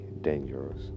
dangerous